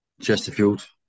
Chesterfield